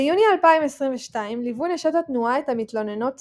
ביוני 2022 ליוו נשות התנועה את המתלוננות